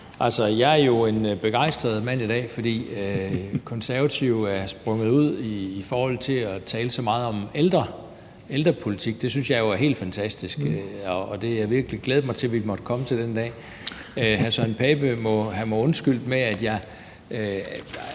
jeg er jo en begejstret mand i dag, for Konservative er sprunget ud i forhold til at tale så meget om ældre og ældrepolitik. Det synes jeg jo er helt fantastisk, og jeg har virkelig glædet mig til, at vi måtte komme til den dag. Hr. Søren Pape Poulsen må have